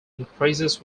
increases